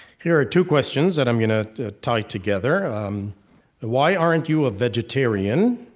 here are two questions that i'm going ah to tie together um why aren't you a vegetarian?